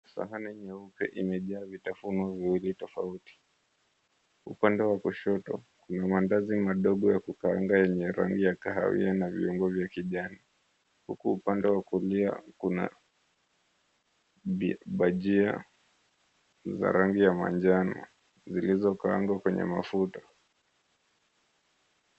Sahani nyeupe imejaa vitafunio viwili tofauti. Upande wa kushoto kuna maandazi madogo ya kukaanga yenye rangi ya kahawia na viungo vya kijani. Huku upande wa kulia kuna bajia za rangi ya manjano zilizokaangwa kwenye mafuta.